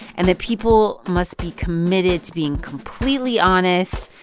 and that people must be committed to being completely honest,